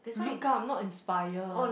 look up not inspire